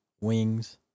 Wings